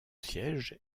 siège